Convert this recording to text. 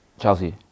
Chelsea